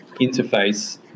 interface